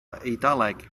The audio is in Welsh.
eidaleg